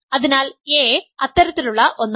അതിനാൽ a അത്തരത്തിലുള്ള ഒന്നാണ്